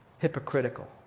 hypocritical